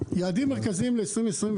יעדים מרכזיים ל-2023